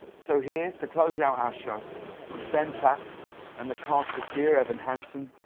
so here to close out our show is ben platt and the cast of dear evan hansen,